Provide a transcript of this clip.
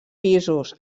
pisos